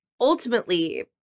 ultimately